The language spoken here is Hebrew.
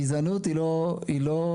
גזענות היא לא,